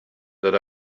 that